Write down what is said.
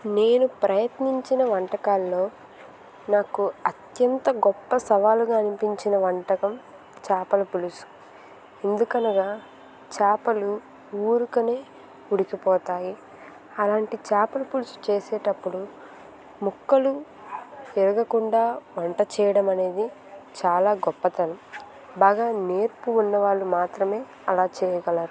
నేను ప్రయత్నించిన వంటకాల్లో నాకు అత్యంత గొప్ప సవాలుగా అనిపించిన వంటకం చేపల పులుసు ఎందుకనగా చాపలు ఊరికనే ఉడికిపోతాయి అలాంటి చేపల పులుసు చేసేటప్పుడు ముక్కలు విరగకుండా వంట చేయడం అనేది చాలా గొప్పతనం బాగా నేర్పు ఉన్న వాళ్ళు మాత్రమే అలా చేయగలరు